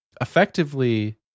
effectively